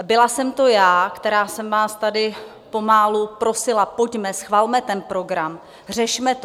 Byla jsem to já, která jsem vás tady pomalu prosila: Pojďme, schvalme ten program, řešme to.